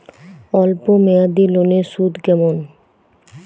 অল্প মেয়াদি লোনের সুদ কেমন?